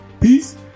Peace